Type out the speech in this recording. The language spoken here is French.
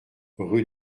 rue